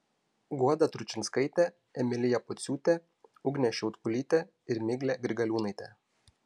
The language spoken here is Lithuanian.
guoda tručinskaitė emilija pociūtė ugnė šiautkulytė ir miglė grigaliūnaitė